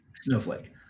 Snowflake